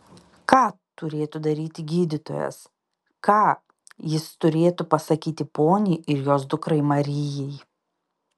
ką turėtų daryti gydytojas ką jis turėtų pasakyti poniai ir jos dukrai marijai